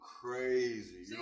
crazy